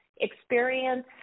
experience